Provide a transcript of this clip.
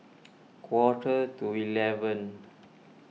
quarter to eleven